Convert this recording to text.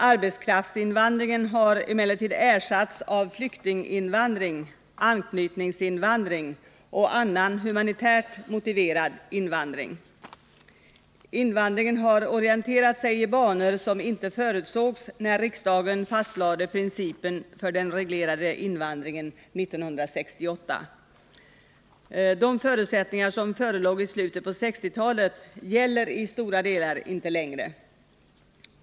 Arbetskraftsinvandringen har emellertid ersatts av flyktinginvandring, anknytningsinvandring och annan humanitärt motiverad invandring. Invandringen har orienterat sig i banor som inte förutsågs när riksdagen 1968 fastlade principen för den reglerade invandringen. De förutsättningar som förelåg i slutet på 1960-talet gäller i stora delar inte längre.